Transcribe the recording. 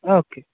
okay